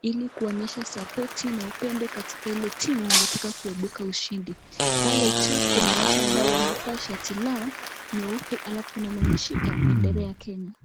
ili kuonyesha support(cs), na upendo katika ile timu wangetaka kuibuka ushindi . Pale juu kuna watu ambao wamevaa shati lao nyeupe alafu kuna mwenye ameshika bendera ya Kenya.